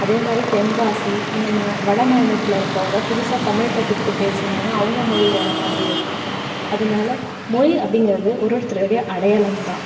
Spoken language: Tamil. அதே மாதிரி தென்காசி அந்த மா வட மாநிலத்தில் இருக்கவங்க புதுசாக தமிழ் கற்றுக்கிட்டு பேசுனாங்கன்னால் அவங்க மொழி வேறு மாதிரி இருக்கும் அதனால மொழி அப்படிங்கிறது ஒரு ஒருத்தருடைய அடையாளம்தான்